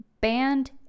band